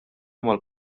mal